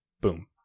boom